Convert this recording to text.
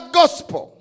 gospel